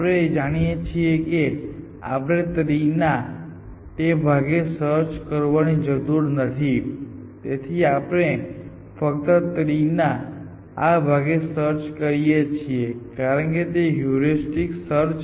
આપણે જાણીએ છીએ કે આપણે ટ્રી ના તે ભાગમાં સર્ચ કરવાની જરૂર નથી તેથી આપણે ફક્ત ટ્રી ના આ ભાગમાં સર્ચ કરીએ છીએ કારણ કે તે હ્યુરિસ્ટિક સર્ચ છે